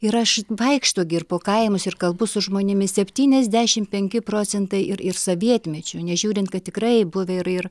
ir aš vaikšto po kaimus ir kalbu su žmonėmis septyniasdešim penki procentai ir ir sovietmečiu nežiūrint kad tikrai buvę ir ir